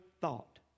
thought